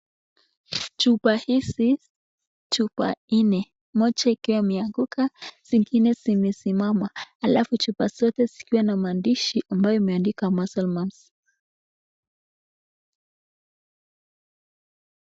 Chupa hizi, chupa nne ,moja ikiwa imeanguka zingine zikiwa zimesimama chupa zote zikiwa na maandishi ambayo imeandika Measle mumps .